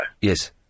Yes